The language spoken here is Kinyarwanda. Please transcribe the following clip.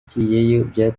byatewe